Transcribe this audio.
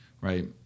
right